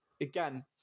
again